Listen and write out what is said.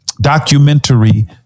documentary